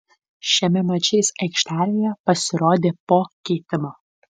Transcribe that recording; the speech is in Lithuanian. šiame mače jis aikštėje pasirodė po keitimo